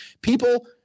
People